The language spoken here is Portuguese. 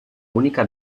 única